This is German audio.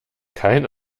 kein